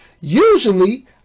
usually